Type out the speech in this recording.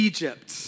Egypt